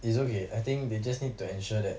it's okay I think they just need to ensure that